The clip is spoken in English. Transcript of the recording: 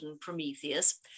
Prometheus